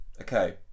Okay